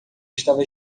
estava